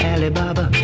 Alibaba